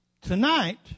Tonight